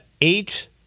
eight